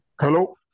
Hello